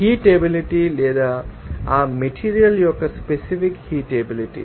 heat ability లేదా ఆ material యొక్క స్పెసిఫిక్ హీట్ ఎబిలిటీ